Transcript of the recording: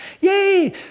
yay